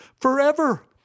forever